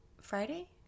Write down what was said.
Friday